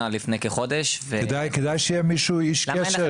לפני כחודש --- אז כדאי שיהיה איש קשר.